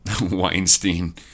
Weinstein